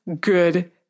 good